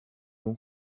long